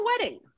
wedding